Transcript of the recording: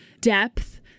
depth